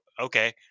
okay